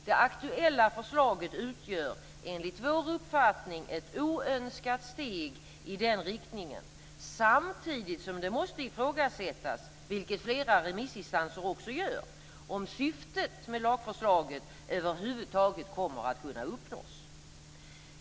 Det aktuella förslaget utgör enligt vår uppfattning ett oönskat steg i den riktningen samtidigt som det måste ifrågasättas, vilket redan remissinstanser också gör, om syftet med lagförslaget över huvud taget kommer att kunna uppnås.